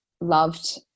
loved